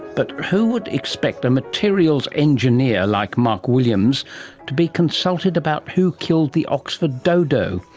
but who would expect a materials engineer like mark williams to be consulted about who killed the oxford dodo,